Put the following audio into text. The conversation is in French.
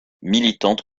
militante